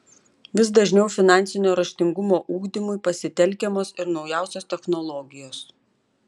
vis dažniau finansinio raštingumo ugdymui pasitelkiamos ir naujausios technologijos